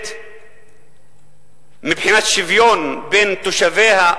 נמדדת מבחינת השוויון בין תושביה,